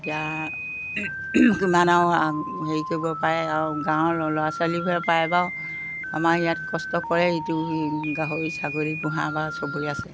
এতিয়া কিমান আৰু হেৰি কৰিব পাৰে আৰু গাঁৱৰ ল'ৰা ছোৱালীবোৰে প্ৰায়ে বাৰু আমাৰ ইয়াত কষ্ট কৰে ইটো গাহৰি ছাগলী পোহা বা সবেই আছে